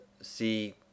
see